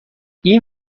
این